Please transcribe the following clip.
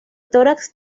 tórax